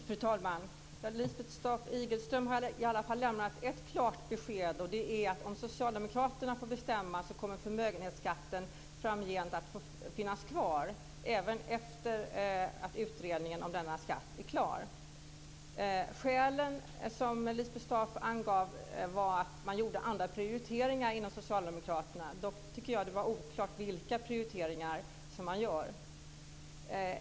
Fru talman! Lisbeth Staaf-Igelström har i alla fall lämnat ett klart besked, och det är att om Socialdemokraterna får bestämma så kommer förmögenhetsskatten framgent att finnas kvar, även efter att utredningen om denna skatt är klar. Skälen som Lisbeth Staaf-Igelström angav var att man gjorde andra prioriteringar inom Socialdemokraterna. Dock tycker jag att det var oklart vilka prioriteringar som man gör.